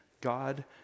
God